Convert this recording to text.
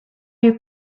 you